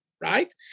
right